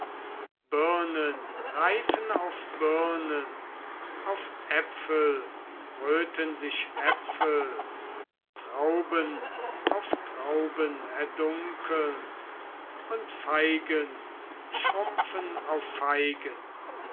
birnen reifen auf birnen auf äpfel röten sich äpfel trauben auf trauben erdunkeln und feigen schrumpfen auf feigen